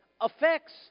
affects